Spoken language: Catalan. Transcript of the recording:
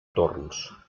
torns